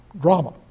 drama